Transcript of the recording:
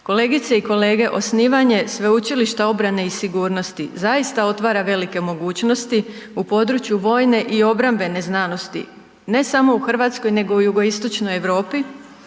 Kolegice i kolege, osnivanje Sveučilišta obrane i sigurnosti zaista otvara velike mogućnosti u području vojne i obrambene znanosti, ne samo u Hrvatskoj nego i u jugoistočnoj Europi